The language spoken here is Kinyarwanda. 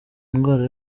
indwara